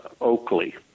Oakley